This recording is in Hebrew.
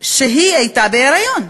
שבה היא הייתה בהיריון.